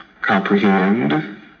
comprehend